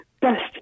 best